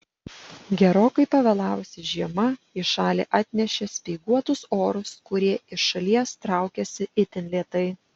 gerokai pavėlavusi žiema į šalį atnešė speiguotus orus kurie iš šalies traukiasi itin lėtai